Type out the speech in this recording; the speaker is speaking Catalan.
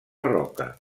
roca